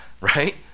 right